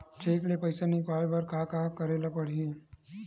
Cheque ले पईसा निकलवाय बर का का करे ल पड़हि?